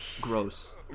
Gross